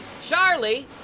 Charlie